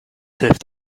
hilft